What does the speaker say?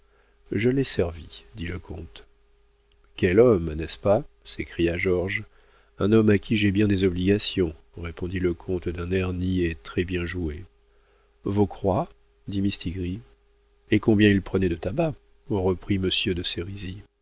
je l'ai servi dit le comte quel homme n'est-ce pas s'écria georges un homme à qui j'ai bien des obligations répondit le comte d'un air niais très bien joué vos croix dit mistigris et combien il prenait de tabac reprit monsieur de